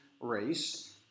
race